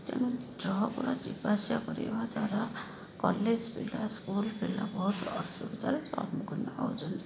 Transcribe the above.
ତେଣୁ ଟ୍ରକଗୁଡ଼ା ଯିବା ଆସିବା କରିବା ଦ୍ୱାରା କଲେଜ ପିଲା ସ୍କୁଲ ପିଲା ବହୁତ ଅସୁବିଧାରେ ସମୁଖୀନ ହଉଛନ୍ତି